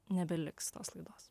nebeliks tos laidos